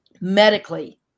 Medically